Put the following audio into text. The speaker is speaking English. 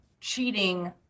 cheating